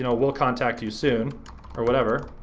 you know will contact you soon or whatever,